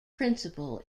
principal